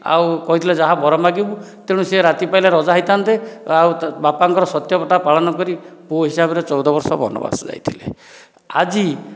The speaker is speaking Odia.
ଆଉ କହିଥିଲେ ଯାହା ବର ମାଗିବୁ ତେଣୁ ସେ ରାତି ପାହିଲେ ରାଜା ହୋଇଥାନ୍ତେ ଆଉ ବାପାଙ୍କର ସତ୍ୟତା ପାଳନ କରି ପୁଅ ହିସାବରେ ଚଉଦ ବର୍ଷ ବନବାସ ଯାଇଥିଲେ ଆଜି